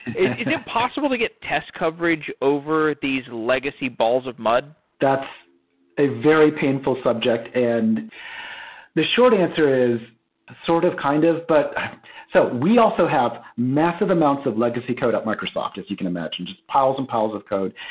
is it possible to get test coverage over these legacy balls of mud? that's a very painful subject, and the short answer is sort of, kind of, but so we also have massive amounts of legacy code at microsoft as you can. just piles and piles of code,